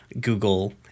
google